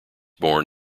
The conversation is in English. born